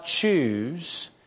choose